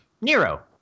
Nero